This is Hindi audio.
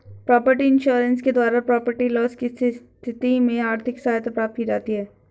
प्रॉपर्टी इंश्योरेंस के द्वारा प्रॉपर्टी लॉस की स्थिति में आर्थिक सहायता प्राप्त की जाती है